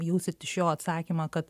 jausit iš jo atsakymą kad